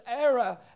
era